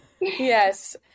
Yes